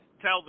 Tell